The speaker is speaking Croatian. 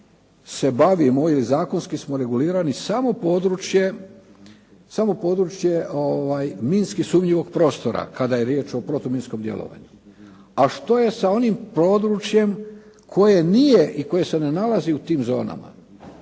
se bavimo ili zakonski smo regulirali samo područje minski sumnjivog prostora kada je riječ o protuminskom djelovanju. A što je sa onim područjem koje nije i koje se ne nalazi u tim zonama.